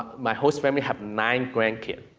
my host family, have nine grandkids.